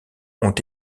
ont